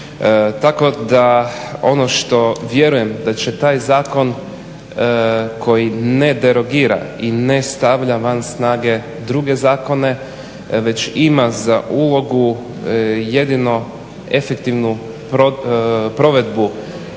Tako da ono što vjerujem da će taj zakon koji ne derogira i ne stavlja van snage druge zakone već ima za ulogu jedino efektivnu provedbu